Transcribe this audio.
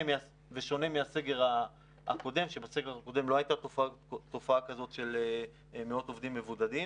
בשונה מהסגר הקודם שבו לא הייתה תופעה כזו של מאות עובדים מבודדים.